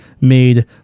made